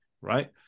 right